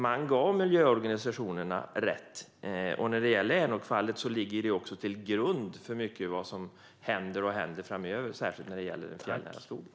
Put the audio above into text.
Man gav miljöorganisationerna talerätt. Änokfallet ligger också till grund för mycket av det som nu och framöver händer, särskilt när det gäller den fjällnära skogen.